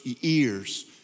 ears